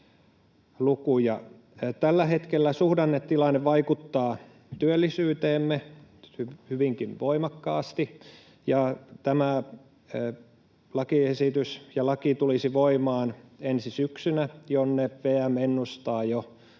Tällä hetkellä suhdannetilanne vaikuttaa työllisyyteemme hyvinkin voimakkaasti. Tämä laki tulisi voimaan ensi syksynä, jonne VM ennustaa jo